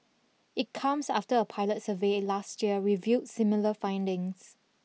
it comes after a pilot survey last year revealed similar findings